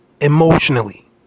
emotionally